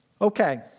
Okay